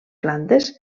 plantes